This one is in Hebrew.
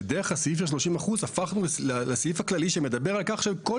שדרך הסעיף של ה-30% הפכנו לסעיף הכללי שמדבר על כך שכל